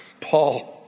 Paul